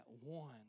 one